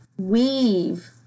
weave